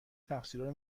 تقصیرارو